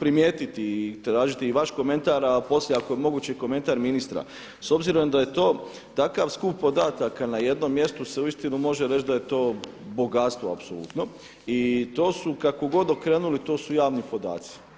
primijetiti i tražiti i vaš komentar a poslije ako je moguće i komentar ministra s obzirom da je to takav skup podataka na jednom mjestu se uistinu može reći da je to bogatstvo apsolutno i to su kako god okrenuli to su javni podaci.